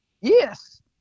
Yes